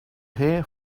hair